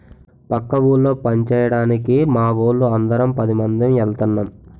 పక్క ఊళ్ళో పంచేయడానికి మావోళ్ళు అందరం పదిమంది ఎల్తన్నం